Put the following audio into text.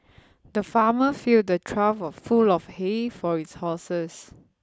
the farmer filled a trough full of hay for his horses